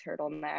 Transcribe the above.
turtleneck